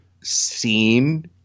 seen